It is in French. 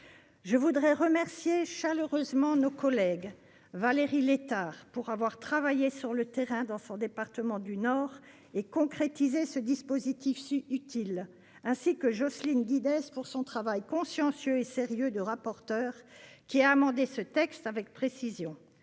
Je voudrais remercier chaleureusement notre collègue Valérie Létard d'avoir travaillé sur le terrain dans son département du Nord et concrétisé ce dispositif si utile, ainsi que Jocelyne Guidez de son travail consciencieux et sérieux de rapporteure, qui a permis d'amender ce texte avec précision.